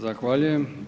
Zahvaljujem.